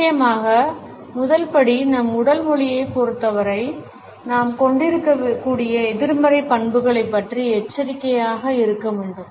நிச்சயமாக முதல் படி நம் உடல் மொழியைப் பொருத்தவரை நாம் கொண்டிருக்கக்கூடிய எதிர்மறை பண்புகளைப் பற்றி எச்சரிக்கையாக இருக்க வேண்டும்